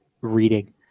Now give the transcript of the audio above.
reading